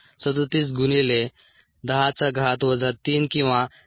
37 गुणिले 10 चा घात वजा 3 किंवा 428